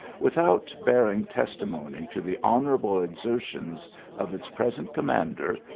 without bearing testimony to the honour able exertions of its present commander,